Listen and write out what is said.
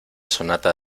sonata